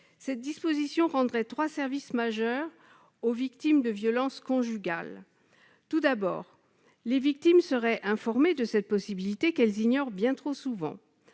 Cette disposition rendrait trois services majeurs aux victimes de violences conjugales. Tout d'abord, celles-ci seraient informées de cette faculté, qu'elles ignorent bien trop souvent.